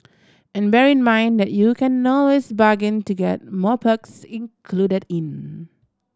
and bear in mind that you can always bargain to get more perks included in